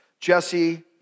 Jesse